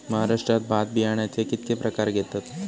महाराष्ट्रात भात बियाण्याचे कीतके प्रकार घेतत?